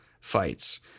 fights